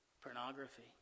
pornography